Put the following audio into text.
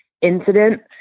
incident